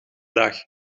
dag